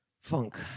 funk